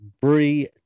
Brie